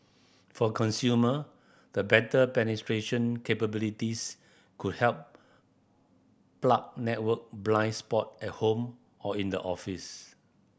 for consumer the better penetration capabilities could help plug network blind spot at home or in the office